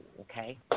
Okay